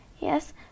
Yes